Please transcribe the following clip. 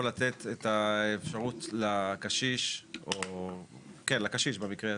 את האפשרות לקשיש, במקרה הזה,